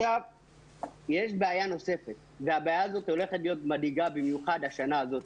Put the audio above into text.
יש בעיה נוספת והיא הולכת להיות מדאיגה במיוחד בשנה הזו.